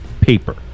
paper